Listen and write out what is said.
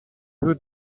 who